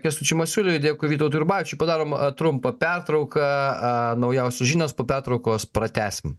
kęstučiui masiuliui dėkui vytautui urbavičiui padarom trumpą pertrauką a naujausios žinios po pertraukos pratęsim